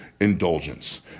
indulgence